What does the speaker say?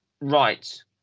Right